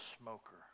smoker